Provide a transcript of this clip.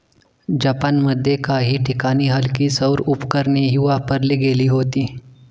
जपानमध्ये काही ठिकाणी हलकी सौर उपकरणेही वापरली गेली होती